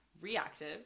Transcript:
reactive